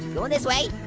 going this way.